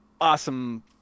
awesome